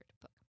book